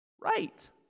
right